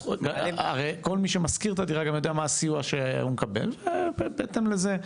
הרי כל מי שמשכיר את הדירה גם יודע מה הסיוע שהוא מקבל ובהתאם לזה.